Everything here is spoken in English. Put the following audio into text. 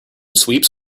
sweeps